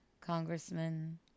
Congressman